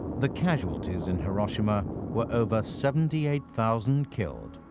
the casualties in hiroshima were over seventy eight thousand killed,